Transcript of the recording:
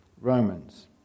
Romans